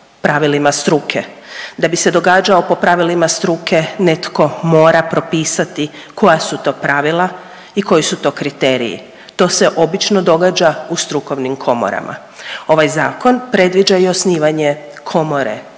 Da bi se događao po pravilima struke netko mora propisati koja su to pravila i koji su to kriteriji, to se obično događa u strukovnim komorama. Ovaj zakon predviđa i osnivanje komore